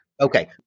Okay